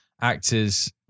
actors